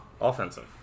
Offensive